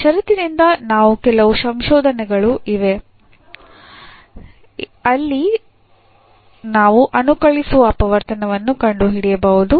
ಆ ಷರತ್ತಿಂದ ಇನ್ನೂ ಕೆಲವು ಸಂಶೋಧನೆಗಳು ಇವೆ ಅಲ್ಲಿ ನಾವು ಅನುಕಲಿಸುವ ಅಪವರ್ತನವನ್ನು ಕಂಡುಹಿಡಿಯಬಹುದು